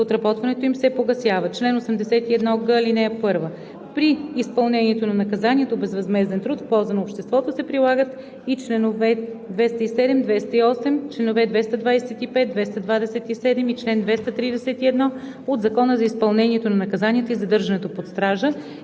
отработването им се погасява. Чл. 81г. (1) При изпълнението на наказанието безвъзмезден труд в полза на обществото се прилагат и чл. 207 – 208, чл. 225, 227 и чл. 231 от Закона за изпълнението на наказанията и задържането под стража